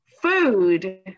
Food